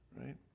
right